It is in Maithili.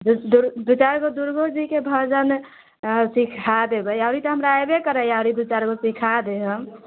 दू दू दू चारि गो दुर्गोजीके भजन सिखा देबै आओर ई तऽ हमरा एबे करैए आओर दू चारि गो सिखा देहब